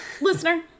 Listener